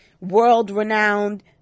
world-renowned